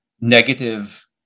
negative